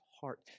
heart